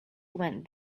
went